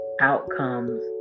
outcomes